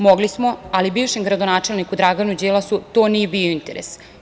Mogli smo, ali bivšem gradonačelniku Draganu Đilasu to nije bio interes.